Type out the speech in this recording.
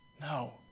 No